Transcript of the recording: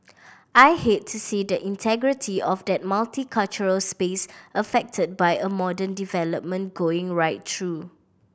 I hate to see the integrity of that multicultural space affected by a modern development going right through